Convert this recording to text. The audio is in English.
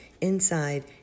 inside